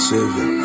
Savior